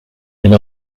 elle